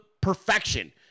perfection